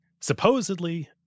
supposedly